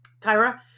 Tyra